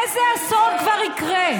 איזה אסון יקרה?